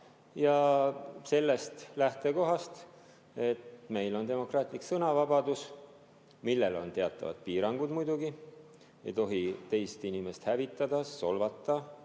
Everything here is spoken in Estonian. Ja sellest lähtekohast, et meil on demokraatlik sõnavabadus, millel on muidugi teatavad piirangud – ei tohi teist inimest hävitada, solvata